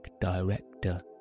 director